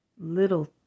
Little